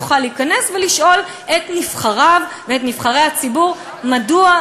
יוכל להיכנס ולשאול את נבחריו ואת נבחרי הציבור: מדוע?